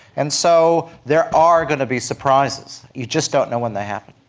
and so there are going to be surprises, you just don't know when they happen.